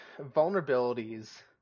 vulnerabilities